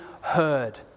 heard